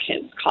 kids